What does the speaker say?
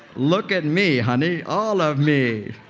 look at me honey. all of me.